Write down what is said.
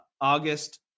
august